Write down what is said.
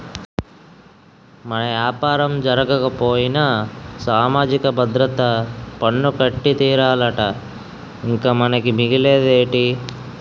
మన యాపారం జరగకపోయినా సామాజిక భద్రత పన్ను కట్టి తీరాలట ఇంక మనకి మిగిలేదేటి